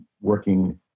working